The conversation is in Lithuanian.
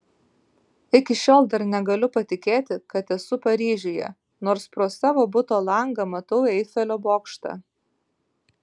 iki šiol dar negaliu patikėti kad esu paryžiuje nors pro savo buto langą matau eifelio bokštą